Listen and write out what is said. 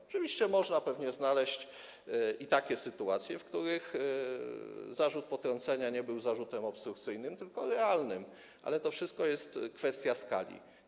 Oczywiście można pewnie znaleźć i takie sytuacje, w których zarzut potrącenia nie był zarzutem obstrukcyjnym, tylko realnym, ale to wszystko jest kwestia skali.